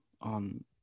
on